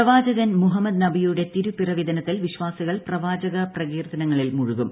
പ്രവാചകൻ മുഹമ്മദ് നബിയുടെ തിരുപ്പിറവി ദിനത്തിൽ വിശ്വാസികൾ പ്രവാചക പ്രകീർത്തനങ്ങളിൽ മുഴുകും